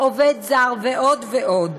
עובד זר ועוד ועוד.